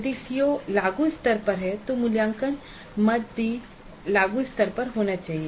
यदि सीओ लागू स्तर पर है तो मूल्यांकन मद भी लागू स्तर पर होना चाहिए